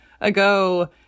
ago